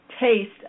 taste